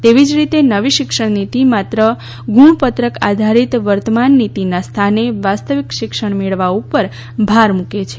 એવી જ રીતે નવી શિક્ષણ નીતી માત્ર ગુણપત્રક આધારીત વર્તમાન નીતીના સ્થાને વાસ્તવિક શિક્ષણ મેળવવા ઉપર ભાર મુકે છે